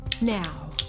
Now